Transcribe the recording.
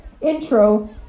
intro